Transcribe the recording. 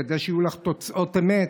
כדי שיהיו לך תוצאות אמת?